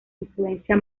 influencia